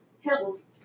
hills